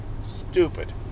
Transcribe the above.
Stupid